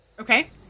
Okay